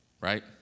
Right